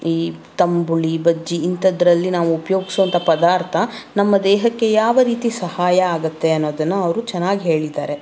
ಈ ತಂಬುಳಿ ಬಜ್ಜಿ ಇಂಥದರಲ್ಲಿ ನಾವು ಉಪ್ಯೋಗ್ಸೊಂತ ಪದಾರ್ಥ ನಮ್ಮ ದೇಹಕ್ಕೆ ಯಾವ ರೀತಿ ಸಹಾಯ ಆಗುತ್ತೆ ಅನ್ನೋದನ್ನು ಅವರು ಚೆನ್ನಾಗಿ ಹೇಳಿದ್ದಾರೆ